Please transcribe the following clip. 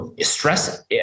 stress